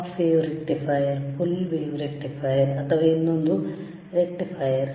half rectifier rectifier full rectifier ಅಥವಾ ಇನ್ನೊಂದು rectifier